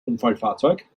unfallfahrzeug